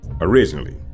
Originally